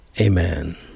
Amen